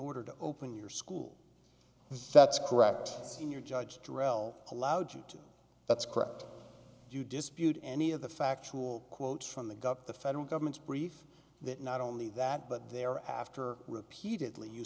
order to open your school that's correct sr judge darrelle allowed you to that's correct you dispute any of the factual quotes from the got the federal government's brief that not only that but they are after repeatedly you